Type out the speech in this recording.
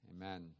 Amen